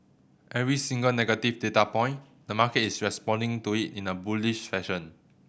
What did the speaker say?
every single negative data point the market is responding to it in a bullish fashion